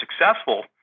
successful